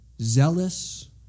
zealous